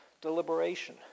deliberation